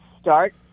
start